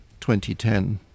2010